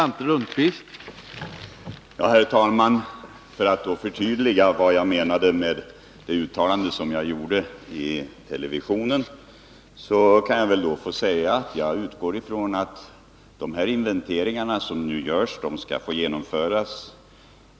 Herr talman! För att förtydliga vad jag menade med det uttalande som jag gjorde i TV vill jag säga att jag utgår från att de inventeringar som nu görs också skall få genomföras.